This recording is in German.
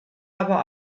aber